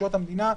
רשויות המדינה,